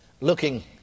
looking